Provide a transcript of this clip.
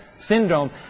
syndrome